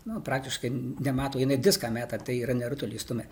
nu praktiškai nemato jinai diską meta tai yra ne rutulį stumia